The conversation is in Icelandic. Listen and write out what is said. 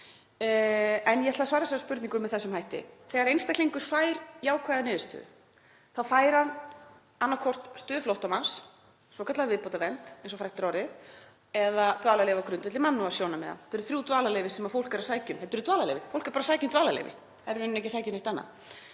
En ég ætla að svara þessari spurningu með þessum hætti: Þegar einstaklingur fær jákvæða niðurstöðu þá fær hann annaðhvort stöðu flóttamanns, svokallaða viðbótarvernd, eins og frægt er orðið, eða dvalarleyfi á grundvelli mannúðarsjónarmiða. Þetta eru þrjú dvalarleyfi sem fólk er að sækja um. Þetta eru dvalarleyfi, fólk er að sækja um dvalarleyfi, það er í rauninni ekki að sækja um neitt annað.